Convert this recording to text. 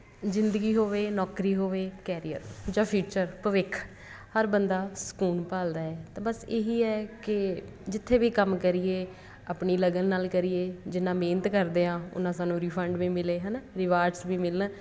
ਜ਼ਿੰਦਗੀ ਹੋਵੇ ਨੌਕਰੀ ਹੋਵੇ ਕੈਰੀਅਰ ਜਾਂ ਫਿਊਚਰ ਭਵਿੱਖ ਹਰ ਬੰਦਾ ਸਕੂਨ ਭਾਲਦਾ ਹੈ ਤਾਂ ਬਸ ਇਹੀ ਹੈ ਕਿ ਜਿੱਥੇ ਵੀ ਕੰਮ ਕਰੀਏ ਆਪਣੀ ਲਗਨ ਨਾਲ ਕਰੀਏ ਜਿੰਨਾਂ ਮਿਹਨਤ ਕਰਦੇ ਹਾਂ ਉਹਨਾਂ ਸਾਨੂੰ ਰਿਫੰਡ ਵੀ ਮਿਲੇ ਹੈ ਨਾ ਰਿਵਾਰਡਸ ਵੀ ਮਿਲਣ